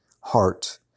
heart